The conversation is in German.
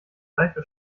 seife